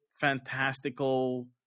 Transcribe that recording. fantastical